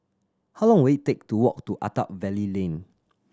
how long will it take to walk to Attap Valley Lane